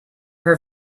her